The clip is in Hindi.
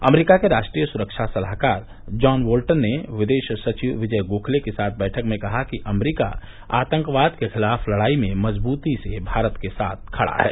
अमरीका के राष्ट्रीय सुरक्षा सलाहकार जॉन बोल्टन ने विदेश सचिव विजय गोखले के साथ बैठक में कहा कि अमरीका आतंकवाद के खिलाफ लड़ाई में मजबूती से भारत के साथ खड़ा है